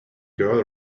girl